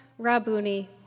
Rabuni